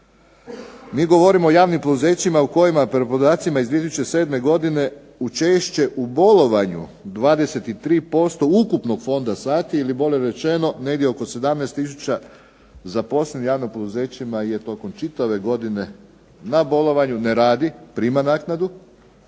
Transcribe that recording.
Mi govorimo o javnim poduzećima u kojima prema podacima iz 2007. godine učešće u bolovanju 23% ukupnog fonda sati ili bolje rečeno negdje oko 17 tisuća zaposlenih u javnim poduzećima je tokom čitave godine na bolovanju, ne radi, prima naknadu